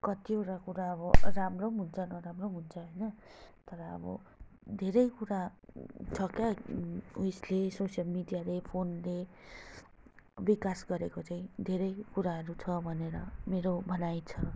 कतिवटा कुरा अब राम्रो पनि हुन्छ नराम्रो पनि हुन्छ होइन तर अब धेरै कुरा छ क्या उइसले सोसियल मिडियाले फोनले विकास गरेको चाहिँ धेरै कुराहरू छ भनेर मेरो भनाइ छ